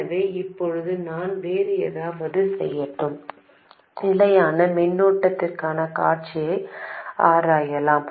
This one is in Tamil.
எனவே இப்போது நான் வேறு ஏதாவது செய்யட்டும் நிலையான மின்னோட்டத்திற்கான காட்சியை ஆராயலாம்